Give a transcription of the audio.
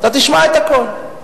אתה תשמע את הכול.